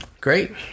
Great